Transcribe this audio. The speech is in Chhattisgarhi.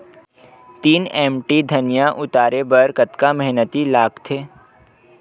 तीन एम.टी धनिया उतारे बर कतका मेहनती लागथे?